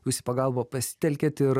jūs į pagalbą pasitelkėt ir